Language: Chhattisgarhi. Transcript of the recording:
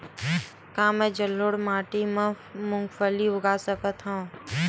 का मैं जलोढ़ माटी म मूंगफली उगा सकत हंव?